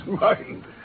mind